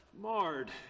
marred